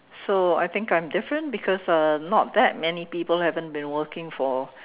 so I think I'm different because uh not that many people haven't been working for